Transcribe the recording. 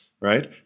Right